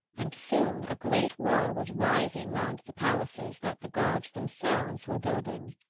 and soon a great wall was rising round the palaces that the gods themselves were building.